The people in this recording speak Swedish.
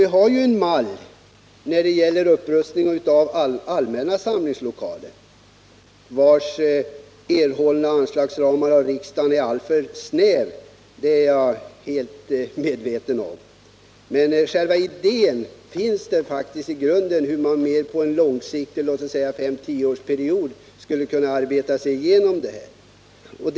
Vi har en mall när det gäller upprustning av allmänna samlingslokaler, vars anslagsramar är alltför snäva, det är jag helt på det klara med, men själva idén finns där faktiskt som grund för hur man mer långsiktigt, låt oss säga under en femeller tioårsperiod, skulle kunna arbeta sig igenom en sådan upprustning.